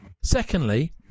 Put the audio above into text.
secondly